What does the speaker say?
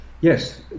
Yes